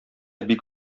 бик